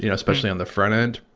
you know especially on the front-end.